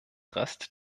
rest